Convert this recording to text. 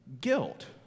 guilt